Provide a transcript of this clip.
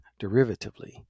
derivatively